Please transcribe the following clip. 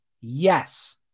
yes